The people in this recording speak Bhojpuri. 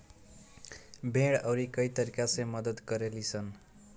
भेड़ अउरी कई तरीका से मदद करे लीसन